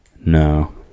No